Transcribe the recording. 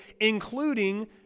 including